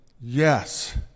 Yes